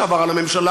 שעבר על הממשלה,